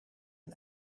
een